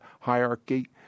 hierarchy